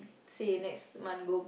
say next month go